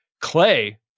Clay